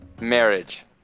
Marriage